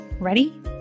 Ready